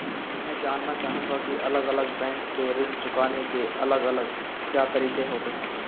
मैं जानना चाहूंगा की अलग अलग बैंक के ऋण चुकाने के अलग अलग क्या तरीके होते हैं?